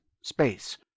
space